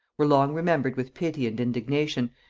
were long remembered with pity and indignation,